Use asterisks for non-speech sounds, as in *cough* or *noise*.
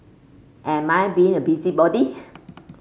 am I being a busybody *noise*